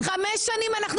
לכל מיני הגדרות